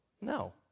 No